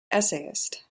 essayist